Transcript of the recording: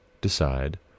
decide